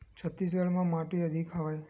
छत्तीसगढ़ म का माटी अधिक हवे?